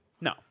No